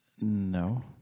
No